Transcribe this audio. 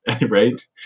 right